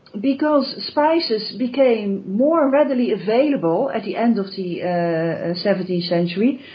because spices became more readily available at the end of the seventeenth century,